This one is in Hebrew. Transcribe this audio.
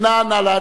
מי נמנע?